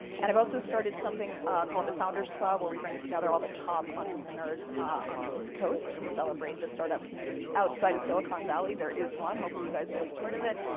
and i have also started something called the founders club where we bring together all the top entrepreneurs on the east coast and celebrate the startup community. outside of silicon valley there is one. hopefully you guys will be part of it.